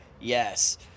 Yes